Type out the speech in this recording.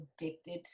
addicted